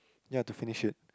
ya to finish it